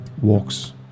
walks